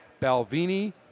Balvini